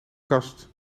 kast